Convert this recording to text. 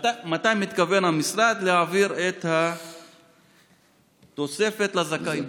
מתי מתכוון המשרד להעביר את התוספת לזכאים?